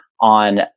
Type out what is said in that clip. on